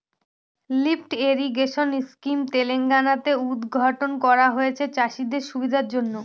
lift irrigation scheme Telangana তে উদ্ঘাটন করা হয়েছে চাষীদের সুবিধার জন্য